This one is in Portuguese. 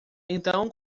então